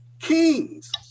Kings